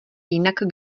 jinak